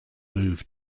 moved